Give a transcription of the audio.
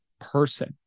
person